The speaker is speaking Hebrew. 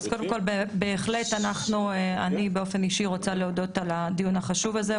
אז קודם כל בהחלט אני באופן אישי רוצה להודות על הדיון החשוב הזה,